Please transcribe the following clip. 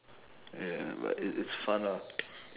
ya but it it's fun lah